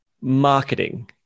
marketing